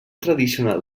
tradicional